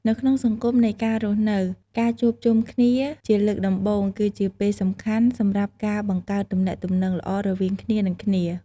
នៅក្នុងសង្គមនៃការរស់នៅ ការជួបជុំគ្នាជាលើកដំបូងគឺជាពេលសំខាន់សម្រាប់ការបង្កើតទំនាក់ទំនងល្អរវាងគ្នានិងគ្នា។